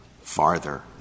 farther